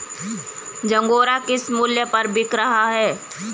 झंगोरा किस मूल्य पर बिक रहा है?